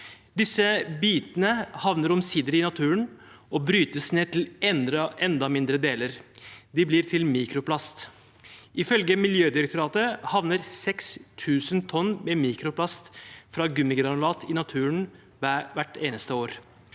Bitene havner til slutt i naturen og brytes ned til enda mindre deler. De blir til mikroplast. Ifølge Miljødirektoratet havner 6 000 tonn mikroplast fra gummigranulat i naturen hvert eneste år.